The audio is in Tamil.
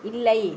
இல்லை